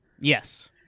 Yes